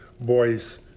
boys